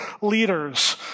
Leaders